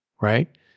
right